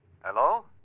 Hello